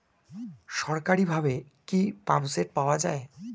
সরকারিভাবে কি পাম্পসেট পাওয়া যায়?